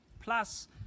plus